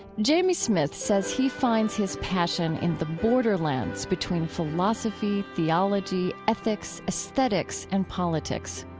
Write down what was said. jamie smith says he finds his passion in the borderlands between philosophy, theology, ethics, esthetics and politics.